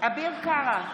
אביר קארה,